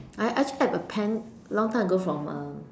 I I think I have a pen long time ago from um